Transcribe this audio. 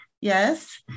Yes